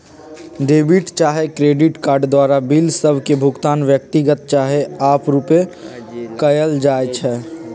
debit चाहे credit card द्वारा bill सभ के भुगतान व्यक्तिगत चाहे आपरुपे कएल जाइ छइ